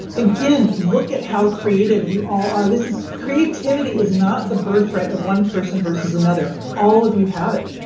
again, look at how creative you all are. this is, creativity is not the birth rate of one person versus another. all of you have it.